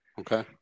Okay